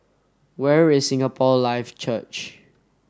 where is Singapore Life Church